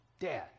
Dad